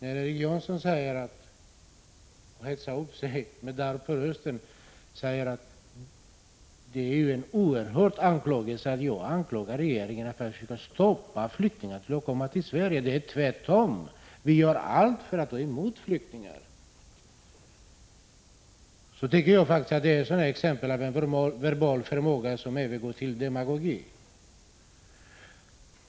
Erik Janson hetsar upp sig med darr på rösten och säger att det är fråga om en oerhörd anklagelse — att jag anklagar regeringen för att försöka stoppa flyktingar som vill komma till Sverige. Det är tvärtom, säger han, vi gör allt för att ta emot flyktingar. Jag tycker faktiskt att det är ett exempel på en verbal förmåga som övergår i demagogi.